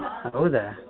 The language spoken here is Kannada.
ಹೌದಾ